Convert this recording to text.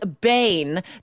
bane